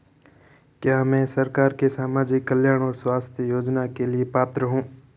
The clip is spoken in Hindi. क्या मैं सरकार के सामाजिक कल्याण और स्वास्थ्य योजना के लिए पात्र हूं?